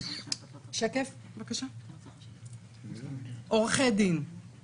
(שקף: עורכי דין ממצאים).